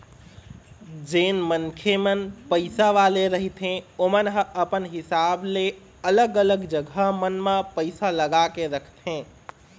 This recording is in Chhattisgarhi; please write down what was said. जेन मनखे मन पइसा वाले रहिथे ओमन ह अपन हिसाब ले अलग अलग जघा मन म पइसा लगा के रखथे